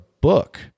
book